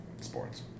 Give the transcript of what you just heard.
Sports